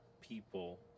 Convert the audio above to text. people